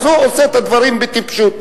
אז הוא עושה את הדברים בטיפשות.